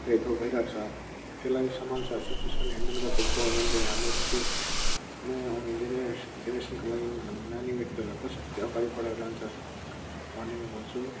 भइरहेको छ त्यसलाई सम्हाल्छ सिच्वेसन ह्यान्डल गर्छ गभर्मेन्टले हाम्रो जुन चाहिँ नयाँ के जेनेरेसनको लागि हाम्रो नानीहरूलाई कसरी अगाडि बढाएर लान्छ भने म भन्छु